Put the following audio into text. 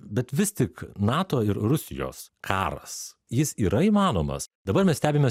bet vis tik nato ir rusijos karas jis yra įmanomas dabar mes stebime